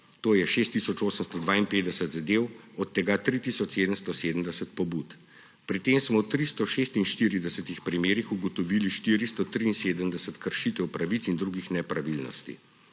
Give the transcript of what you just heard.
tisoč 825 zadev, od tega 3 tisoč 770 pobud. Pri tem smo v 346 primerih ugotovili 473 kršitev pravic in drugih nepravilnosti.